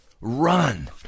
run